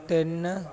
ਤਿੰਨ